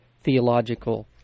theological